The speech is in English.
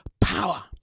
power